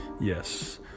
Yes